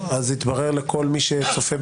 אתה אשכרה חושב שכולנו